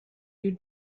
you